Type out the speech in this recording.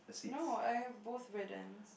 no I have both red and